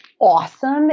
awesome